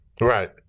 Right